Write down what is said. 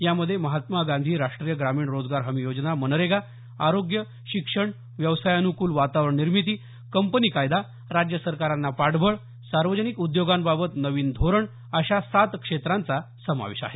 यामध्ये महात्मा गांधी राष्ट्रीय ग्रामीण रोजगार हमी योजना मनरेगा आरोग्य शिक्षण व्यवसायानुकूल वातावरण निर्मिती कंपनी कायदा राज्य सरकारांना पाठबळ सार्वजनिक उद्योगांबाबत नवीन धोरण अशा सात क्षेत्रांचा समावेश आहे